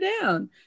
down